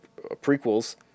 prequels